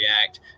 react